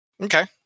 Okay